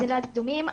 קדומים.